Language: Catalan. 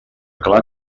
clar